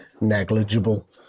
negligible